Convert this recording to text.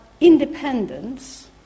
independence